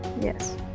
Yes